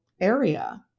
area